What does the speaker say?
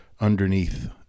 underneath